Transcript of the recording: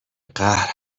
قهر